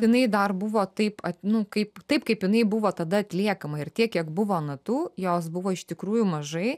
jinai dar buvo taip nu kaip taip kaip jinai buvo tada atliekama ir tiek kiek buvo natų jos buvo iš tikrųjų mažai